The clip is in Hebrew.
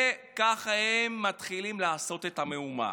ככה הם מתחילים לעשות את המהומה.